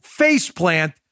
faceplant